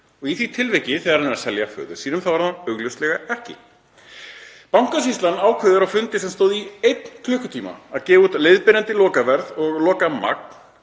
Í því tilviki þegar hann er að selja föður sínum þá er hann það augljóslega ekki. Bankasýslan ákveður á fundi sem stóð í einn klukkutíma að gefa út leiðbeinandi lokaverð og lokamagn